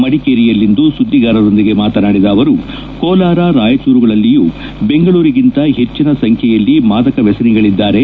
ಮಡಿಕೇರಿಯಲ್ಲಿಂದು ಸುದ್ದಿಗಾರರೊಂದಿಗೆ ಮಾತನಾಡಿದ ಅವರು ಕೋಲಾರ ರಾಯಚೂರುಗಳಲ್ಲಿಯೂ ಬೆಂಗಳೂರಿಗಿಂತ ಹೆಚ್ಚಿನ ಸಂಖ್ಯೆಯಲ್ಲಿ ಮಾದಕ ಮ್ಯಸನಿಗಳಿದ್ದಾರೆ